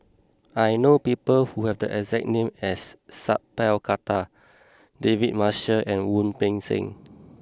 I know people who have the exact name as Sat Pal Khattar David Marshall and Wu Peng Seng